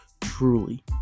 truly